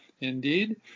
indeed